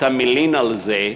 אתה מלין על זה,